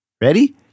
Ready